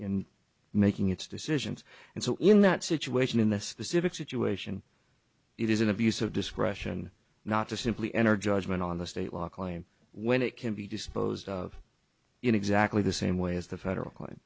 in making its decisions and so in that situation in this specific situation it is an abuse of discretion not to simply enter judgment on the state law claim when it can be disposed of in exactly the same way as the federal